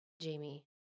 Jamie